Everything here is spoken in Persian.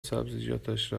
سبزیجاتش